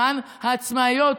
למען העצמאיות,